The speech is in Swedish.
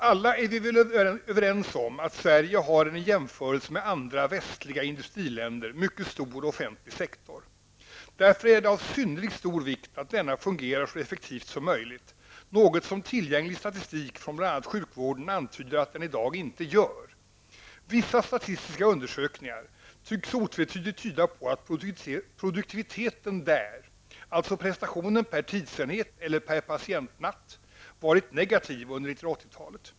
Alla är vi väl överens om att Sverige, i jämförelse med andra västliga industriländer, har en mycket stor offentlig sektor. Därför är det av synnerligen stor vikt att denna fungerar så effektivt som möjligt, något som tillgänglig statistik från bl.a. sjukvården antyder att den i dag inte gör. Vissa statistiska undersökningar tycks otvetydigt tyda på att produktiviteten där -- alltså prestationen per tidsenhet eller per patientnatt -- varit negativ under 1980-talet.